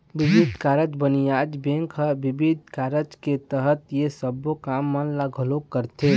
बिबिध कारज बानिज्य बेंक ह बिबिध कारज के तहत ये सबो काम मन ल घलोक करथे